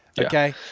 Okay